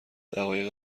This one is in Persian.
دقایق